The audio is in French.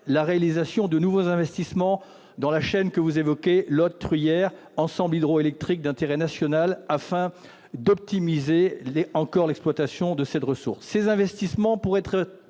la réalisation de nouveaux investissements dans la chaîne que vous évoquez, l'ensemble hydroélectrique d'intérêt national Lot-Truyère, afin d'optimiser l'exploitation de cette ressource. Ces investissements pourront être